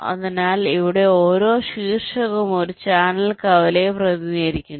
അതിനാൽ ഇവിടെ ഓരോ ശീർഷകവും ഒരു ചാനൽ കവലയെ പ്രതിനിധീകരിക്കുന്നു